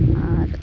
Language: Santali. ᱟᱨ